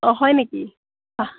অঁ হয় নেকি